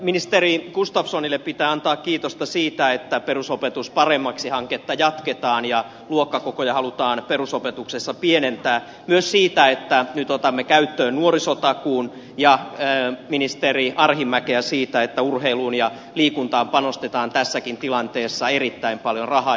ministeri gustafssonille pitää antaa kiitosta siitä että perusopetus paremmaksi hanketta jatketaan ja luokkakokoja halutaan perusopetuksessa pienentää ja myös siitä että nyt otamme käyttöön nuorisotakuun ja ministeri arhinmäkeä siitä että urheiluun ja liikuntaan panostetaan tässäkin tilanteessa erittäin paljon rahaa